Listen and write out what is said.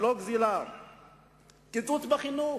קיצוץ בחינוך,